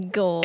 go